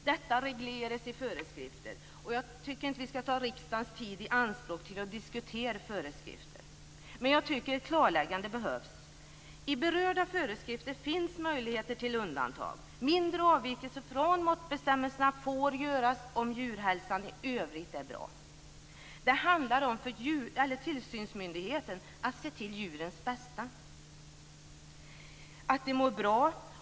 Detta regleras i föreskrifter. Jag tycker inte att vi skall ta riksdagens tid i anspråk till att diskutera föreskrifter, men jag tycker att det behövs ett klarläggande. I berörda föreskrifter finns möjligheter till undantag. Mindre avvikelser från måttbestämmelserna får göras om djurhälsan i övrigt är bra. De handlar för tillsynsmyndigheten om att se till djurens bästa. Djuren skall må bra.